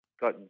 Got